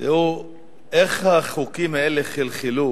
תראו איך החוקים האלה חלחלו